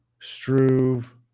Struve